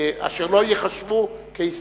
אשר לא ייחשבו להסתייגות.